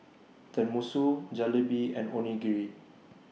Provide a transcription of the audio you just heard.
Tenmusu Jalebi and Onigiri